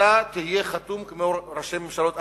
אתה תהיה חתום, כמו ראשי ממשלות אחרים,